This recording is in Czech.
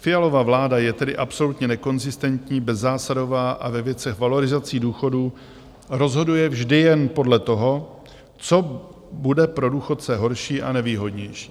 Fialova vláda je tedy absolutně nekonzistentní, bezzásadová a ve věcech valorizací důchodů rozhoduje vždy jen podle toho, co bude pro důchodce horší a nevýhodnější.